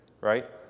right